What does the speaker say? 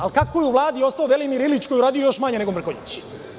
Ali, kako je u Vladi ostao Velimir Ilić, koji je uradio još manje nego Mrkonjić?